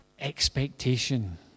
expectation